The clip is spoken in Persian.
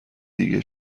دیگه